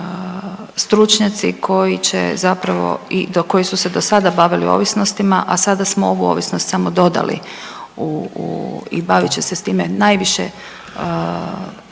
stručnjaci koji će zapravo i koji su se do sada bavili ovisnostima, a sada smo ovu ovisnost samo dodali i bavit će se s time najviše na